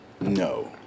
No